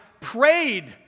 prayed